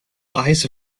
eyes